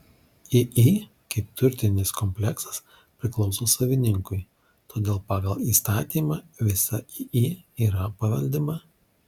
iį kaip turtinis kompleksas priklauso savininkui todėl pagal įstatymą visa iį yra paveldima